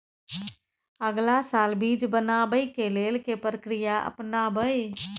अगला साल बीज बनाबै के लेल के प्रक्रिया अपनाबय?